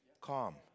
calm